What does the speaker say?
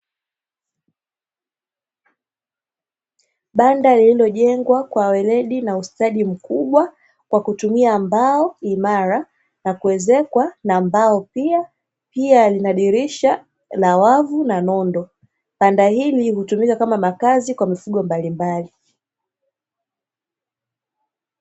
Banda lililojengwa kwa weredi na ustadi mkubwa, kwa kutumia mbao imara, na kuezekwa na mbao pia. Pia, lina dirisha kubwa la dirisha ya wavu na nondo. Banda hili hutumika kama makazi kwa mifugo mbalimbali.